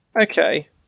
okay